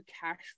cash